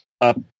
up